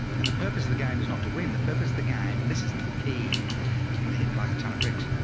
and the purpose of the game is not to win the purpose of the game. and this is the key thing that hit me like a ton of bricks.